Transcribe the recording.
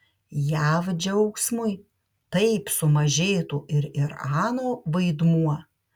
jav džiaugsmui taip sumažėtų ir irano vaidmuo